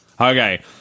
Okay